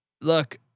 look